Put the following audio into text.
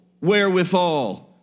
wherewithal